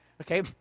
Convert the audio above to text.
Okay